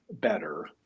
better